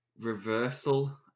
reversal